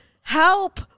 Help